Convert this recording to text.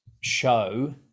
show